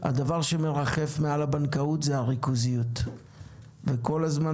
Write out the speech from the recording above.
הדבר שמרחף מעל הבנקאות זה הריכוזיות וכל הזמן